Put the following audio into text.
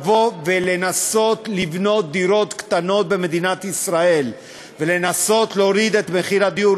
לנסות לבנות דירות קטנות במדינת ישראל ולנסות להוריד את מחיר הדיור.